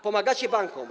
Pomagacie bankom.